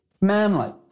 Manly